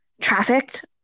trafficked